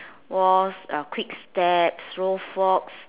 waltz uh quick steps throw fox